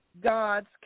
God's